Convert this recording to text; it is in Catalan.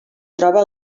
troba